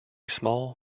small